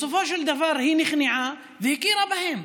בסופו של דבר היא נכנעה והכירה בהם.